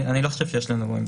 אני לא חושב שיש לנו בעיה.